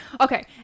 okay